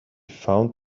found